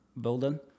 building